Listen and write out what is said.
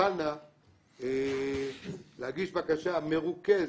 תוכלנה להגיש בקשה מרוכזת,